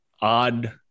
odd